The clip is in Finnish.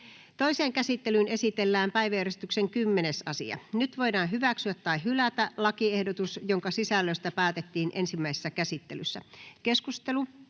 Toiseen käsittelyyn esitellään päiväjärjestyksen 11. asia. Nyt voidaan hyväksyä tai hylätä lakiehdotus, jonka sisällöstä päätettiin ensimmäisessä käsittelyssä. — Keskustelu,